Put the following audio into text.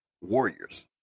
Warriors